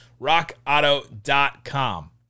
rockauto.com